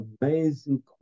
amazing